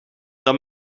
dan